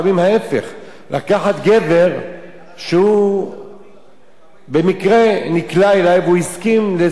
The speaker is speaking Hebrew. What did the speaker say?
לקחת גבר שהוא במקרה נקלע אלי והוא הסכים לשכר מסוים,